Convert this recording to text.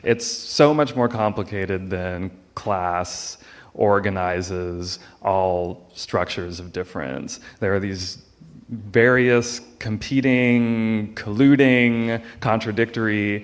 it's so much more complicated than class organizes all structures of difference there are these various competing colluding contradictory